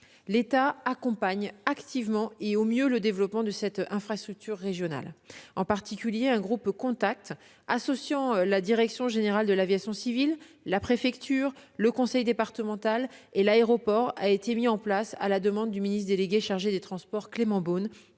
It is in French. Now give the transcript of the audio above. L'État accompagne activement et au mieux le développement de cette infrastructure régionale. En particulier, un « groupe contact » associant la direction générale de l'aviation civile, la préfecture, le conseil départemental et l'aéroport a été mis en place à la demande du ministre délégué chargé des transports, Clément Beaune,